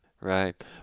Right